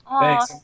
Thanks